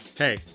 Hey